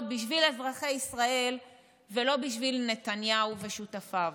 בשביל אזרחי ישראל ולא בשביל נתניהו ושותפיו.